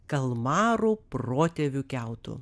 kalmarų protėvių kiautų